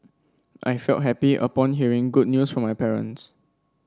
I felt happy upon hearing good news from my parents